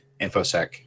infosec